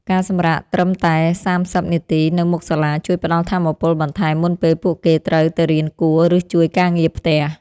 ការសម្រាកត្រឹមតែសាមសិបនាទីនៅមុខសាលាជួយផ្ដល់ថាមពលបន្ថែមមុនពេលពួកគេត្រូវទៅរៀនគួរឬជួយការងារផ្ទះ។